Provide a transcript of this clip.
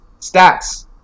Stats